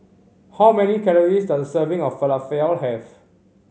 how many calories does a serving of Falafel have